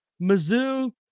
Mizzou